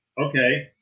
Okay